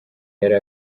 yari